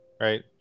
Right